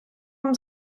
вам